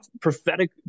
prophetic